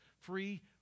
free